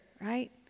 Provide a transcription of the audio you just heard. right